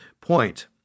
point